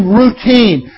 routine